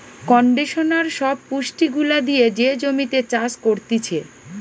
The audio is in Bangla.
কন্ডিশনার সব পুষ্টি গুলা দিয়ে যে জমিতে চাষ করতিছে